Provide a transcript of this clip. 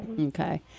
Okay